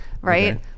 right